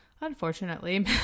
unfortunately